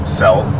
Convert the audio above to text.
sell